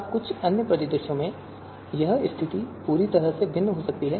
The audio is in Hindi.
अब कुछ अन्य परिदृश्यों में यह स्थिति पूरी तरह से भिन्न हो सकती है